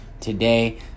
Today